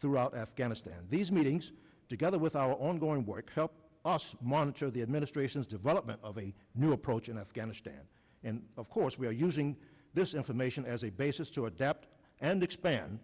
throughout afghanistan these meetings together with our ongoing work help us monitor the administration's development of a new approach in afghanistan and of course we are using this information as a basis to adapt and expand